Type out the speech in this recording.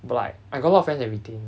but like I got a lot of friends that retain